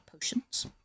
potions